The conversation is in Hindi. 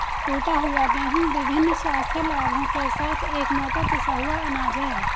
टूटा हुआ गेहूं विभिन्न स्वास्थ्य लाभों के साथ एक मोटा पिसा हुआ अनाज है